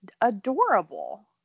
adorable